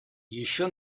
еще